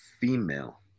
female